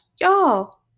y'all